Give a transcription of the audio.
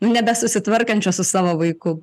nu nebesusitvarkančios su savo vaiku